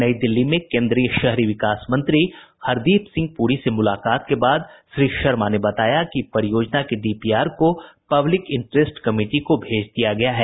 नई दिल्ली में केन्द्रीय शहरी विकास मंत्री हरदीप सिंह पुरी से मुलाकात के बाद श्री शर्मा ने बताया कि परियोजना के डीपीआर को पब्लिक इंटरेस्ट कमिटी को भेज दिया गया है